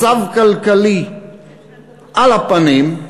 מצב כלכלי על הפנים,